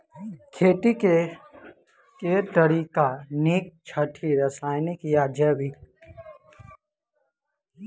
खेती केँ के तरीका नीक छथि, रासायनिक या जैविक?